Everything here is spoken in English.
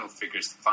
figures